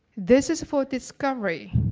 this is for discovery.